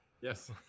Yes